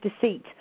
deceit